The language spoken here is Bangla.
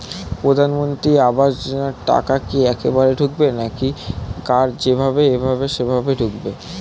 প্রধানমন্ত্রী আবাস যোজনার টাকা কি একবারে ঢুকবে নাকি কার যেভাবে এভাবে সেভাবে ঢুকবে?